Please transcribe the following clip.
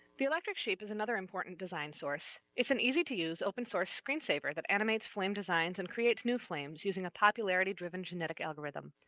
the electric sheep is another important design source. it's an easy-to-use open-source screensaver that animates flame designs and creates new flames using a popularity-driven genetic algorithm.